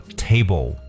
table，